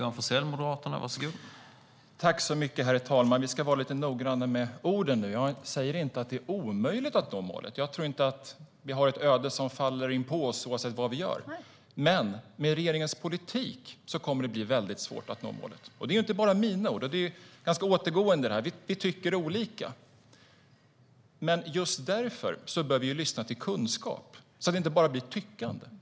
Herr talman! Vi ska vara lite noggranna med orden. Jag säger inte att det är omöjligt att nå målen. Jag tror inte att det finns ett öde som faller över oss oavsett vad vi gör. Men med regeringens politik kommer det att bli väldigt svårt att nå målet. Det här är inte mina ord. Det här är ganska återkommande. Vi tycker olika. Men just därför bör vi ju lyssna till kunskap så att det inte bara blir tyckande.